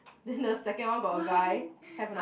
then the second one got a guy have or not